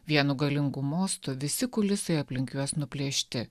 vienu galingu mostu visi kulisai aplink juos nuplėšti